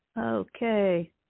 Okay